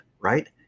right